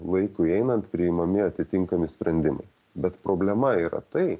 laikui einant priimami atitinkami sprendimai bet problema yra tai